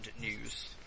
news